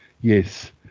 yes